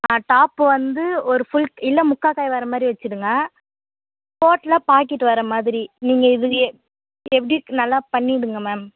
ஆ top வந்து ஒரு full இல்லை முக்கால் கை வர்ற மாதிரி வச்சுடுங்க கோட்டில் பாக்கெட் வர்ற மாதிரி நீங்கள் இதுலேயே எப்படி நல்லா பண்ணிவிடுங்க மேம்